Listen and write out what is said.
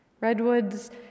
redwoods